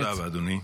תודה רבה, אדוני.